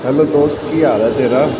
hello ਦੋਸਤ ਕੀ ਹਾਲ ਹੈ ਤੇਰਾ